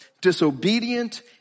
disobedient